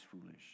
foolish